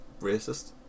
Racist